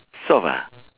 soft ah